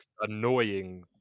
annoying